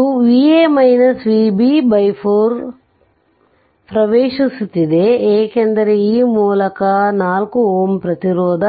ಆದ್ದರಿಂದ ಇದು Va Vb 4 ಪ್ರವೇಶಿಸುತ್ತಿದೆ ಏಕೆಂದರೆ ಈ ಮೂಲಕ ಈ 4 Ω ಪ್ರತಿರೋಧ